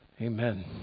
Amen